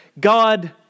God